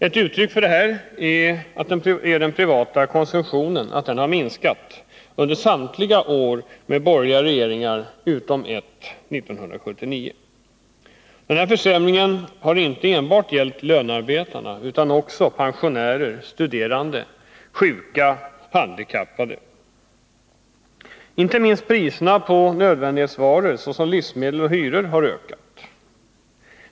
Ett uttryck för detta är att den privata konsumtionen minskat under samtliga år med borgerliga regeringar, utom ett — 1979. Denna försämring har inte enbart drabbat lönearbetarna utan också pensionärer, studerande, sjuka och handikappade. Inte minst priserna på nödvändighetsvaror, såsom livsmedel, och hyror har ökat.